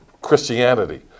Christianity